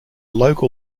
local